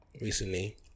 recently